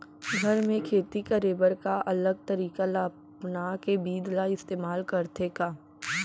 घर मे खेती करे बर का अलग तरीका ला अपना के बीज ला इस्तेमाल करथें का?